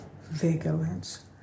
vigilance